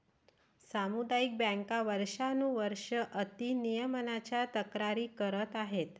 सामुदायिक बँका वर्षानुवर्षे अति नियमनाच्या तक्रारी करत आहेत